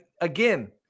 again